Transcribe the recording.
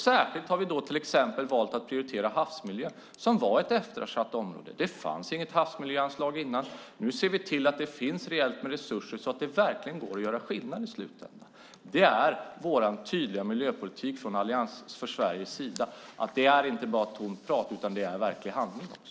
Särskilt har vi valt att prioritera havsmiljön som var ett eftersatt område. Det fanns inget havsmiljöanslag innan. Nu ser vi till att det finns rejält med resurser så att det verkligen går att göra skillnad i slutändan. Det är vår tydliga miljöpolitik från Allians för Sveriges sida. Det är inte bara tomt prat. Det är verklig handling också.